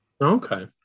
Okay